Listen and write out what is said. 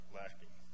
lacking